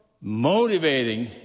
motivating